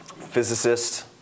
physicist